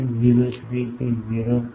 03 થી 0